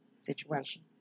situation